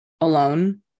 alone